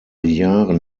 jahren